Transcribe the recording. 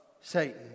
Satan